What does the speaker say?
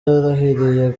yarahiriye